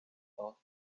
thought